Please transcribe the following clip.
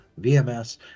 VMS